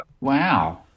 Wow